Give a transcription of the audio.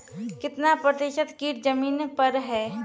कितना प्रतिसत कीट जमीन पर हैं?